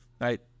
right